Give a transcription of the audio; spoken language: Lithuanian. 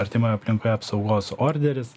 artimoje aplinkoje apsaugos orderis